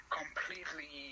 completely